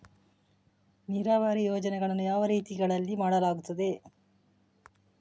ನೀರಾವರಿ ಯೋಜನೆಗಳನ್ನು ಯಾವ ರೀತಿಗಳಲ್ಲಿ ಮಾಡಲಾಗುತ್ತದೆ?